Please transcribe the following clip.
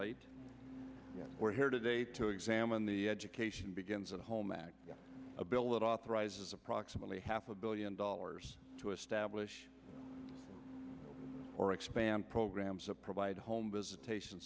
late we're here today to examine the education begins at home act a bill that authorized approximately half a billion dollars to establish or expand programs to provide home visitation